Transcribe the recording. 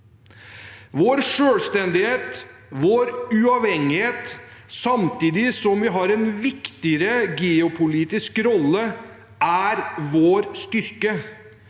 Vår selvstendighet og vår uavhengighet samtidig som vi har en viktigere geopolitisk rolle, er vår styrke.